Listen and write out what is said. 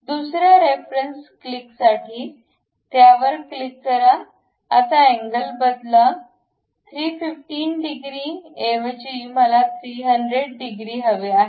दुसर्या रेफरन्स क्लिकसाठी त्यावर क्लिक करा आता अँगल बदला 315 डिग्री ऐवजी मला 300 डिग्री हवे आहेत